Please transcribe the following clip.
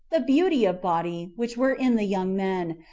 the beauty of body, which were in the young men,